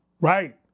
Right